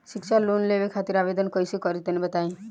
शिक्षा लोन लेवे खातिर आवेदन कइसे करि तनि बताई?